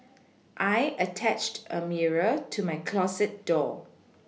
I attached a mirror to my closet door